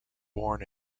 born